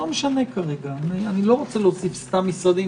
אני לא רוצה להוסיף עכשיו סתם משרדים